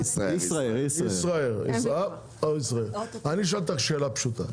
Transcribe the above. אני אשאל אותך שאלה פשוטה,